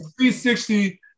360